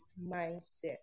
mindset